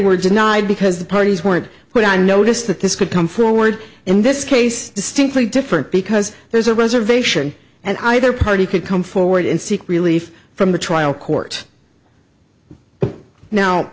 were denied because the parties weren't put on notice that this could come forward in this case distinctly different because there's a reservation and either party could come forward and seek relief from the trial court now